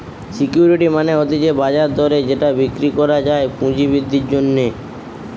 security মানে হতিছে বাজার দরে যেটা বিক্রি করা যায় পুঁজি বৃদ্ধির জন্যে